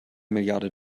milliarde